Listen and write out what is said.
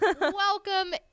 welcome